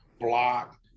block